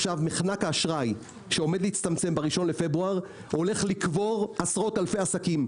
מחנק האשראי שעומד להצטמצם ב-1.2 עומד לקבור עשרות אלפי עסקים.